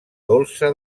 dolça